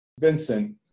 Vincent